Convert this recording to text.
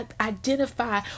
identify